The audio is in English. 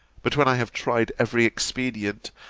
but when i have tried every expedient,